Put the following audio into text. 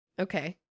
okay